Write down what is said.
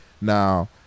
Now